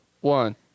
one